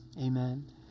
amen